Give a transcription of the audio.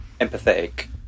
empathetic